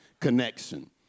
Connection